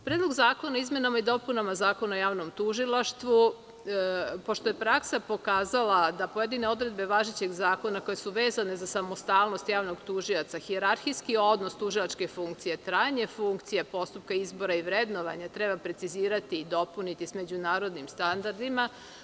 Predlog zakona o izmenama i dopunama Zakona o javnom tužilaštvu, pošto je praksa pokazala da pojedine odredbe važećeg zakona koje su vezane za samostalnost javnog tužioca, hijerarhijski odnos tužilačke funkcije, trajanje funkcije postupka izbora i vrednovanja, treba precizirati i dopuniti s međunarodnim standardima.